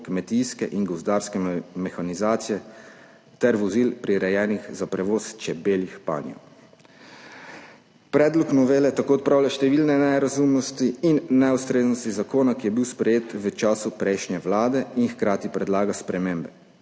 kmetijske in gozdarske mehanizacije ter vozil, prirejenih za prevoz čebeljih panjev. Predlog novele tako odpravlja številne nerazumnosti in neustreznosti zakona, ki je bil sprejet v času prejšnje vlade in hkrati predlaga spremembe,